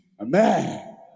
Amen